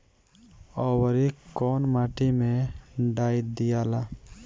औवरी कौन माटी मे डाई दियाला?